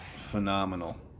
phenomenal